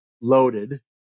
loaded